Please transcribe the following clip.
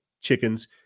chickens